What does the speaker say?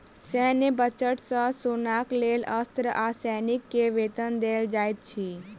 सैन्य बजट सॅ सेनाक लेल अस्त्र आ सैनिक के वेतन देल जाइत अछि